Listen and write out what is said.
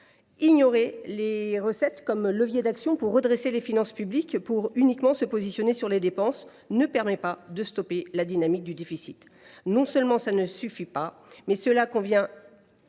ignorer les recettes comme levier d’action pour redresser les finances publiques et à se positionner uniquement sur les dépenses ne permet pas de stopper la dynamique du déficit. Non seulement cela ne suffit pas, mais cela a de